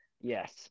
yes